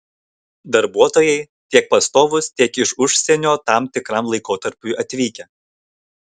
darbuotojai tiek pastovūs tiek iš užsienio tam tikram laikotarpiui atvykę